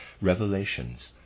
revelations